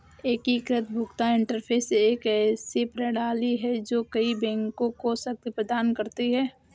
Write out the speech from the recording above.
एकीकृत भुगतान इंटरफ़ेस एक ऐसी प्रणाली है जो कई बैंकों को शक्ति प्रदान करती है